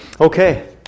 okay